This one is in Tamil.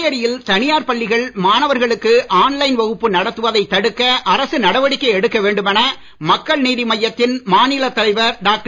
புதுச்சேரியில் தனியார் பள்ளிகள் மாணவர்களுக்கு ஆன்லைன் வகுப்பு நடத்துவதைத் தடுக்க அரசு நடவடிக்கை எடுக்க வேண்டுமென மக்கள் நீதி மய்யத்தின் மாநிலத் தலைவர் டாக்டர்